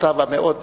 תשובותיו המאוד